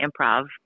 improv